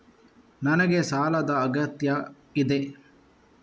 ನನಗೆ ಸಾಲದ ಅಗತ್ಯ ಇದೆ?